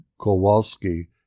Kowalski